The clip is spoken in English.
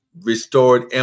restored